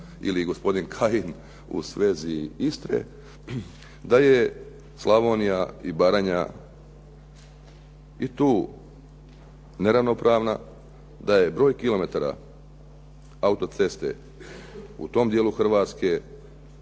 ili gospodin Kajin u svezi Istre, da je Slavonija i Baranja i tu neravnopravna, da je broj kilometara autoceste u tom dijelu Hrvatske